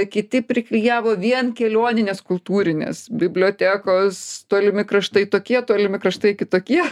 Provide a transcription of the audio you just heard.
kiti priklijavo vien kelioninės kultūrinės bibliotekos tolimi kraštai tokie tolimi kraštai kitokie